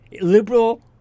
liberal